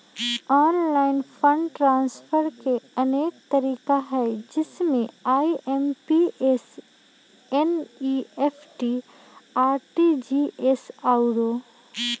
online fund transfer के अनेक तरिका हइ जइसे आइ.एम.पी.एस, एन.ई.एफ.टी, आर.टी.जी.एस आउरो